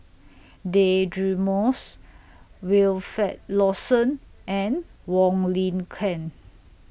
Deirdre Moss Wilfed Lawson and Wong Lin Ken